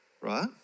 right